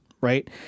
right